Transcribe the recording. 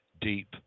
deep